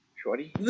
Shorty